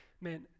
man